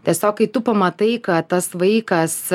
tiesiog kai tu pamatai kad tas vaikas